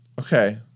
Okay